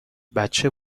بچه